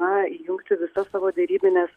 na įjungti visas savo derybines